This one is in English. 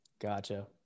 Gotcha